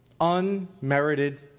Unmerited